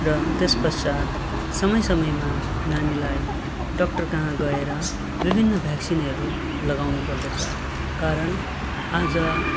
र त्यस पश्चात् समय समयमा नानीलाई डक्टर कहाँ गएर विभिन्न भ्याकसिनहरू लगाउनु पर्दछ कारण आज